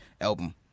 album